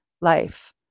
life